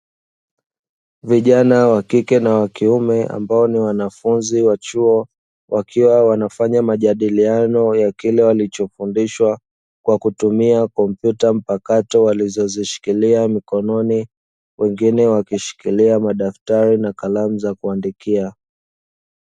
Vijana wa kike na wa kiume, ambao ni wanafunzi wa chuo wakiwa wanafanya majadiliano ya kile walichofundishwa kwa kutumia kompyuta mpakato walizozishikilia mikononi, wengine wakishikilia madaftari na kalamu za kuandikia.